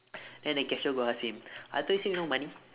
then the cashier go ask him I thought you say no money